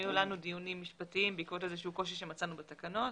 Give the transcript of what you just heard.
היו לנו דיונים משפטיים בעקבות קושי שמצאנו בתקנות.